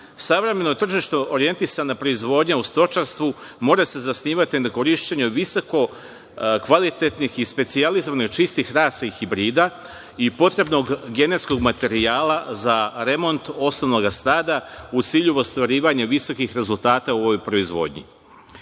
savremeno tržište orjentisana proizvodnja u stočarstvu mora se zasnivati na korišćenju visoko kvalitetnih i specijalizovanih čistih rasa i hibrida i potrebnog genetskog materijala za remont osnovnoga stada u cilju ostvarivanja visokih rezultata u ovoj proizvodnji. Smatram